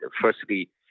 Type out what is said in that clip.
Firstly